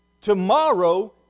tomorrow